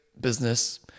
business